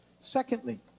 Secondly